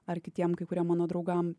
ar kitiem kai kuriem mano draugam